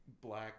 black